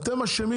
אתם אשמים